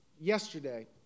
yesterday